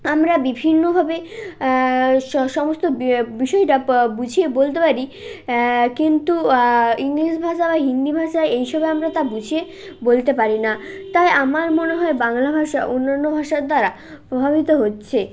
আমরা বিভিন্নভাবে সমস্ত বিষয়টা বুঝিয়ে বলতে পারি কিন্তু ইংলিশ ভাষা বা হিন্দি ভাষা এই সবে আমরা তা বুঝিয়ে বলতে পারি না তাই আমার মনে হয় বাংলা ভাষা অন্যান্য ভাষার দ্বারা প্রভাবিত হচ্ছে